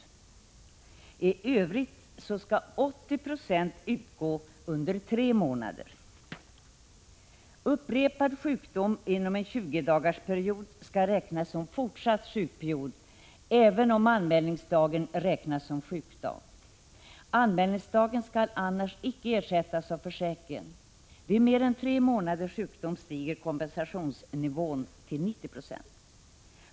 I övrigt skall 80 76 utgå under tre månader. Upprepad sjukdom inom en 20-dagarsperiod skall räknas som fortsatt sjukperiod, även om anmälningsdagen räknas som sjukdag. Anmälningsdagen skall annars icke ersättas av försäkringen. Vid mer än tre månaders sjukdom stiger kompensationsnivån till 90 90.